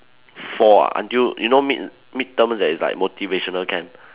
four ah until you know mid mid terms there is like motivational camp